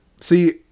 See